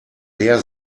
der